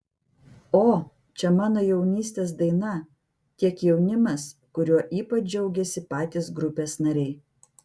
o čia mano jaunystės daina tiek jaunimas kuriuo ypač džiaugiasi patys grupės nariai